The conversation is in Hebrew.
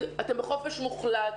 נגיד אתם בחופש מוחלט.